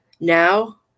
Now